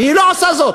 והיא לא עושה זאת.